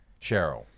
Cheryl